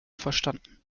verstanden